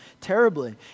terribly